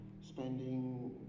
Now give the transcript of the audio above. spending